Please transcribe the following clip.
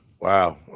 Wow